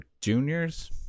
juniors